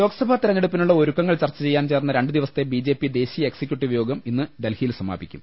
ലോക് സഭാ തെരഞ്ഞെടുപ്പിനുള്ള ഒരുക്കങ്ങൾ ചർച്ച ചെയ്യാൻ ചേർന്ന രണ്ടുദിവസത്തെ ബിജെപി ദേശീയ എക്സിക്യൂട്ടീവ് യോഗം ഇന്ന് ഡൽഹിയിൽ സമാപിക്കും